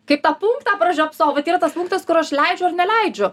kaip tą punktą pražiopsojau vat yra tas punktas kur aš leidžiu ir neleidžiu